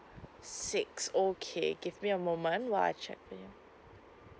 six okay give me a moment while I check for you